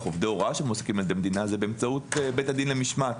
עובדי הוראה שמועסקים בידי המדינה זה באמצעות בית הדין למשמעת